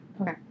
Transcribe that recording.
okay